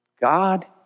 God